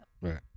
right